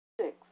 Six